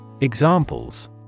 Examples